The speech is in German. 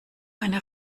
eine